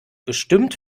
bestimmt